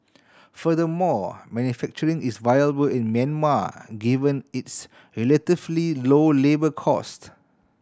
furthermore manufacturing is viable in Myanmar given its relatively low labour cost